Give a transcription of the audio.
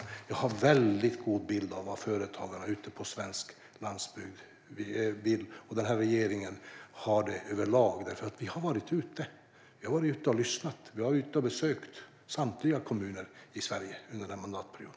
Jag och regeringen har en mycket god bild av vad företagarna på svensk landsbygd vill ha, för vi har lyssnat på dem när vi har besökt samtliga kommuner under denna mandatperiod.